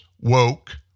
woke